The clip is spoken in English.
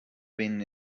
been